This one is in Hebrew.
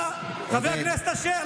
חבר הכנסת יעקב אשר,